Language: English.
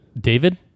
David